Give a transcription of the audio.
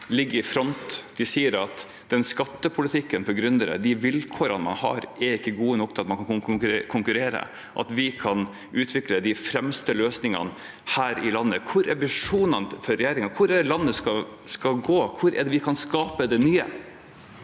De sier at skattepolitikken for gründere, de vilkårene man har, ikke er gode nok til at man kan konkurrere og utvikle de fremste løsningene her i landet. Hvor er visjonene for regjeringen? Hvor skal landet gå? Hvor kan vi skape det nye?